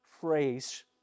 phrase